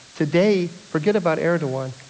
today, forget about erdogan.